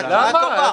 למה?